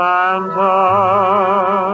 Santa